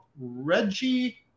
Reggie